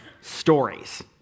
stories